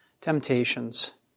temptations